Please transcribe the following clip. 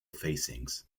facings